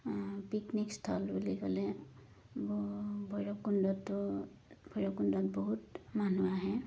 picnic স্থল বুলি ক'লে ভৈৰৱকুণ্ডতটো ভৈৰৱকুণ্ডত বহুত মানুহ আহে